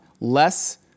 less